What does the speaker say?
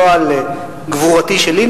לא על גבורתי שלי,